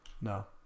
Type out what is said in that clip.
no